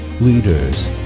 leaders